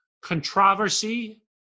controversy